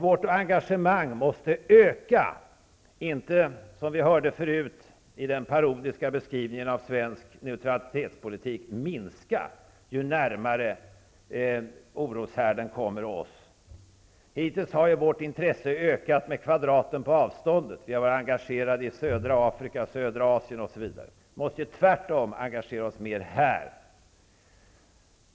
Vårt engagemang måste öka inte, som vi hörde förut i den parodiska beskrivningen av svensk neutralitetspolitik, minska ju närmare oroshärden kommer oss. Hittills har ju vårt intresse ökat med kvadraten på avståndet. Vi har varit engagerade i södra Afrika, södra Asien, osv. Vi måste tvärtom engagera oss här.